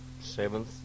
seventh